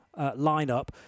lineup